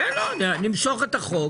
תמשכו את החוק.